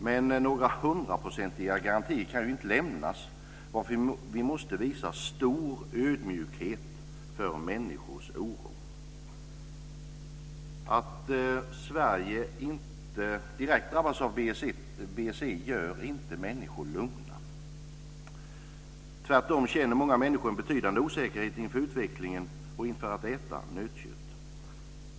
Men några hundraprocentiga garantier kan inte lämnas, varför vi måste visa stor ödmjukhet för människors oro. Att Sverige inte är direkt drabbat av BSE gör inte människor lugna. Tvärtom känner många människor en betydande osäkerhet inför utvecklingen och inför att äta nötkött.